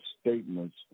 statements